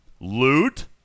Loot